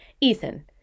Ethan